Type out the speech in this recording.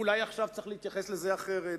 אולי עכשיו צריך להתייחס לזה אחרת.